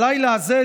בלילה הזה,